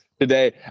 Today